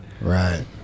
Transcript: Right